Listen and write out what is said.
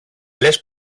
λες